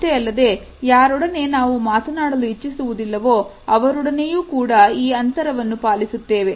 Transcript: ಅಷ್ಟೇ ಅಲ್ಲದೆ ಯಾರೊಡನೆ ನಾವು ಮಾತನಾಡಲು ಇಚ್ಛಿಸುವುದಿಲ್ಲವೋ ಅವರೊಡನೆಯೂ ಕೂಡ ಈ ಅಂತರವನ್ನು ಪಾಲಿಸುತ್ತೇವೆ